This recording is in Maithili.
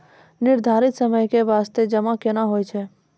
निर्धारित समय के बास्ते जमा केना होय छै?